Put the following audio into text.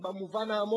במובן העמוק,